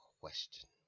question